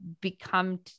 become